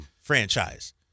franchise